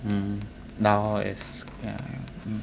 mm now is